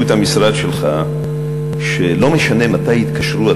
את המשרד שלך הוא שלא משנה מתי התקשרו,